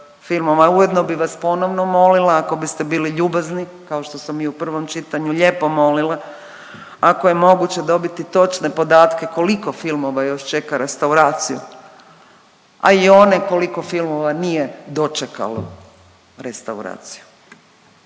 ujedno bih vas ponovno molila ako biste bili ljubazni, kao što sam i u prvom čitanju lijepo molila, ako je moguće dobiti točne podatke koliko filmova još čeka restauraciju, a i one koliko filmova nije dočekalo restauraciju.